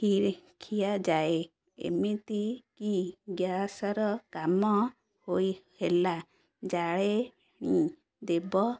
ଖି ଖିଆଯାଏ ଏମିତିକି ଗ୍ୟାସର କାମ ହୋଇ ହେଲା ଜାଳେଣି ଦେବ